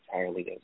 entirely